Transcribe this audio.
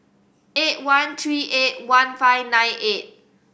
eight one three eight one five nine eight